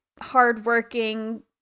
hardworking